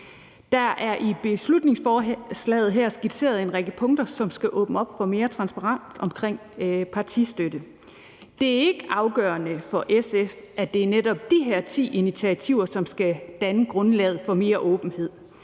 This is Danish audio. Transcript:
Der er i beslutningsforslaget her skitseret en række punkter, som skal åbne op for mere transparens omkring partistøtte. Det er ikke afgørende for SF, at det netop er de her ti initiativer, som skal danne grundlaget for mere åbenhed,